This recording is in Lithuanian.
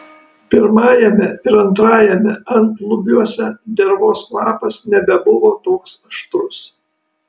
pirmajame ir antrajame antlubiuose dervos kvapas nebebuvo toks aštrus